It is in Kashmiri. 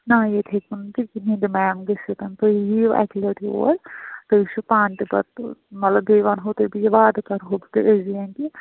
نہ ییٚتہِ ہیٚکہِ نہٕ کِہیٖنۍ تہِ میم گٔژھِتھ تُہۍ یِیِو اَکہِ لَٹہِ یور تُہۍ وچھِو پانہٕ تہِ پَتہٕ مطلب بیٚیہِ وَنہو تۄہہِ بہٕ یہِ وادٕ کَرہو بہٕ تُہۍ